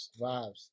Vibes